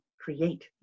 create